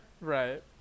Right